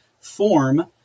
form